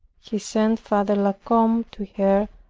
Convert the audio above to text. he sent father la combe to her,